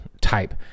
type